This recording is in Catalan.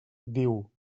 diu